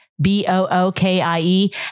B-O-O-K-I-E